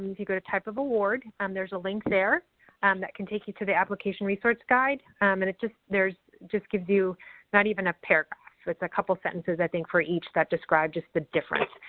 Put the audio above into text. if you go to type of award, um there's a link there um that can take you to the application resource guide um and it's just there's it just give you not even a paragraph, so it's a couple of sentences, i think, for each that describes just the difference.